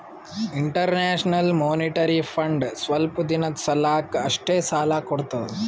international monetary fund ಸ್ವಲ್ಪ್ ದಿನದ್ ಸಲಾಕ್ ಅಷ್ಟೇ ಸಾಲಾ ಕೊಡ್ತದ್